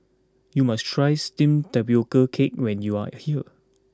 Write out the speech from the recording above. you must try Steamed Tapioca Cake when you are here